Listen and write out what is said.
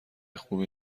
خوبی